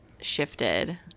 shifted